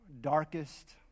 Darkest